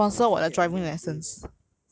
C_O_E fifty K eh no way man